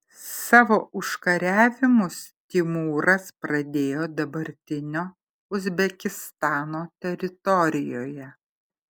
savo užkariavimus timūras pradėjo dabartinio uzbekistano teritorijoje